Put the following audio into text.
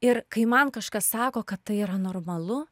ir kai man kažkas sako kad tai yra normalu